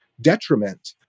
detriment